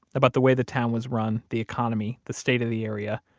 about the way the town was run, the economy, the state of the area.